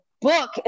book